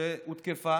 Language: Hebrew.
שהותקפה